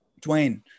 Dwayne